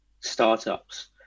startups